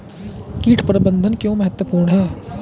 कीट प्रबंधन क्यों महत्वपूर्ण है?